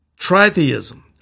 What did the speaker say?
tritheism